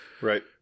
Right